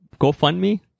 GoFundMe